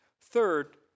Third